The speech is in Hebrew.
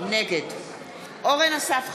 נגד אורן אסף חזן,